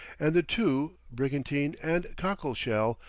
and the two, brigantine and cockle-shell,